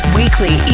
weekly